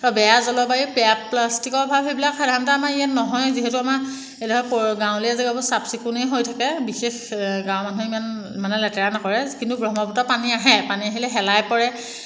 আৰু বেয়া জলবায়ুৰ বেয়া প্লাষ্টিকৰ প্ৰভাৱ সাধাৰণতে আমাৰ ইয়াত নহয় যিহেতু আমাৰ এই ধৰক গাঁৱলীয়া জেগাবোৰ চাফ চিকুণেই হৈ থাকে বিশেষ গাঁও মানুহে ইমান মানে লেতেৰা নকৰে কিন্তু ব্ৰহ্মপুত্ৰ পানী আহে পানী আহিলে শেলাই পৰে